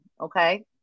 Okay